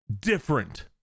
different